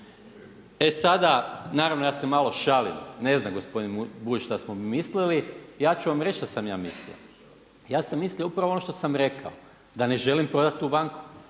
E sada naravno ja se malo šalim, ne zna gospodin Bulj šta smo mi mislili. Ja ću vam reći šta sam ja mislio. Ja sam mislio upravo ono šta sam rekao, da ne želim prodati tu banku.